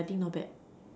yeah I think not bad